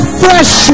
fresh